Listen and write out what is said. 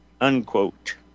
unquote